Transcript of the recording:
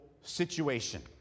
situation